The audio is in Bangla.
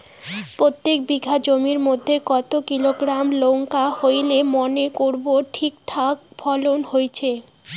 প্রত্যেক বিঘা জমির মইধ্যে কতো কিলোগ্রাম লঙ্কা হইলে মনে করব ঠিকঠাক ফলন হইছে?